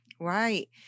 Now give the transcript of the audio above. Right